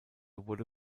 wurde